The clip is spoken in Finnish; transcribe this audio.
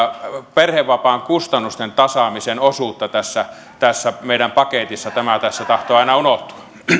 perhevapaan kustannusten tasaamisen osuutta tässä tässä meidän paketissamme tämä tässä tahtoo aina